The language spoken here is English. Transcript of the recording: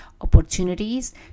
opportunities